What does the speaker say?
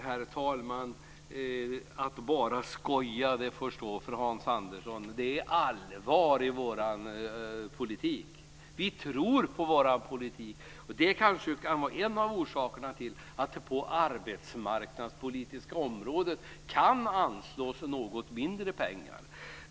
Herr talman! Att bara skoja får stå för Hans Andersson. Det är allvar i vår politik. Vi tror på den. Det kan vara en av orsakerna till att det på det arbetsmarknadspolitiska området kan anslås något mindre pengar.